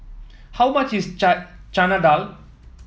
how much is Chana Dal